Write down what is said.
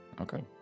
Okay